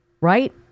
Right